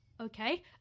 okay